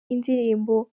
indirimbo